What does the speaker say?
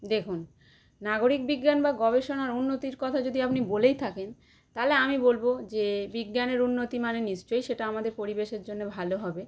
দেখুন নাগরিক বিজ্ঞান বা গবেষণার উন্নতির কথা যদি আপনি বলেই থাকেন তাহলে আমি বলবো যে বিজ্ঞানের উন্নতি মানে নিশ্চই সেটা আমাদের পরিবেশের জন্যে ভালো হবে